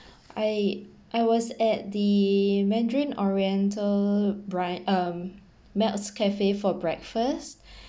I I was at the mandarin oriental bri~ um melts cafe for breakfast